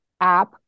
app